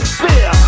fear